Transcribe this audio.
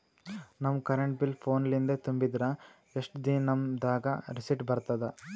ನಮ್ current bill ಫೋನ ಲಿಂದೇ ತುಂಬಿದ್ರ, ಎಷ್ಟ ದಿ ನಮ್ ದಾಗ ರಿಸಿಟ ಬರತದ?